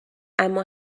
اما